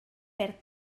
perd